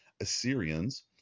Assyrians